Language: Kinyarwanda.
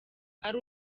ari